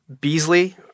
Beasley